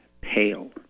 pale